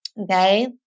Okay